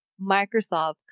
microsoft